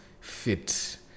fit